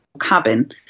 cabin